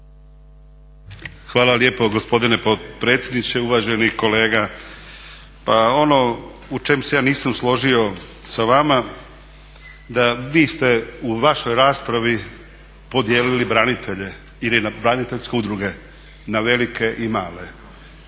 Hvala lijepo gospodine potpredsjedniče. Uvaženi kolega pa ono u čemu se ja nisam složio sa vama da vi ste u vašoj raspravi podijelili branitelje ili braniteljske udruge na velike i male